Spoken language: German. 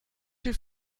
viel